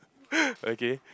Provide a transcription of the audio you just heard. okay